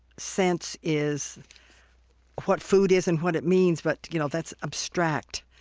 sense is what food is and what it means. but you know that's abstract.